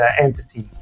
entity